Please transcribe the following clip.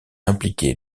impliqué